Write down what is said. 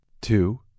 two